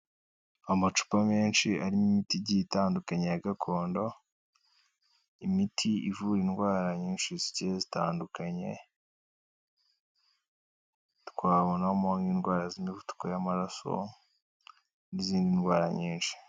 Amacupa menshi arimo imiti igiye itandukanye ya gakondo, imiti ivura indwara nyinshi zigiye zitandukanye, twabonamo nk'indwara z'imivuduko y'amaraso n'izindi ndwara nyinshi.